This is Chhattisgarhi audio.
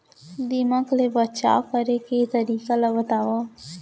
दीमक ले बचाव करे के तरीका ला बतावव?